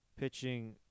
pitching –